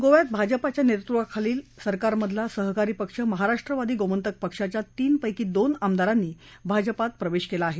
गोव्यात भाजपाच्या नेतृत्वाखालील सरकारमधला सहकारी पक्ष महाराष्ट्रवादी गोमंतक पक्षाच्या तीनपैकी दोन आमदारांनी भाजपामधे प्रवेश केला आहे